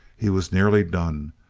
he was nearly done,